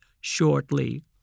shortly